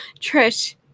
Trish